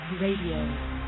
Radio